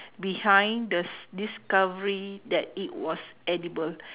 behind thes discovery that it was edible